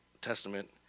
Testament